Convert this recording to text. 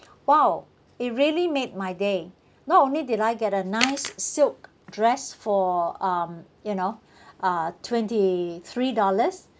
!wow! it really made my day not only did I get an~nice silk dress for um you know uh twenty three dollars